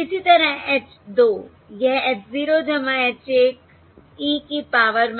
इसी तरह H 2 यह h 0 h 1 e की पावर